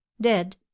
dead